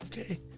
Okay